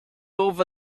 over